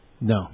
No